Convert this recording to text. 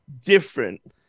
different